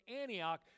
Antioch